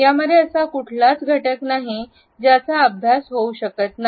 यामध्ये असा कुठलाच घटक नाही ज्याचा अभ्यास होऊ शकत नाही